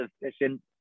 efficient